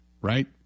Right